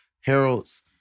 Harold's